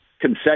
concession